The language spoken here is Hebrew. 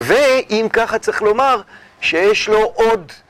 ואם ככה צריך לומר שיש לו עוד